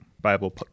bible